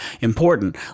important